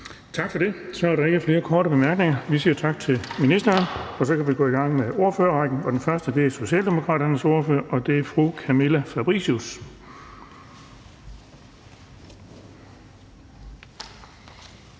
Tak for det. Så er der ikke flere korte bemærkninger. Vi siger tak til ministeren. Så kan vi gå i gang med ordførerrækken, og den første er Socialdemokraternes ordfører, og det er fru Camilla Fabricius.